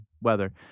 weather